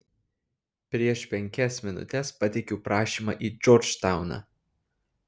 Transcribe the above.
prieš penkias minutes pateikiau prašymą į džordžtauną